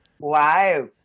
Wow